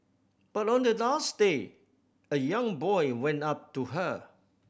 but on the last day a young boy went up to her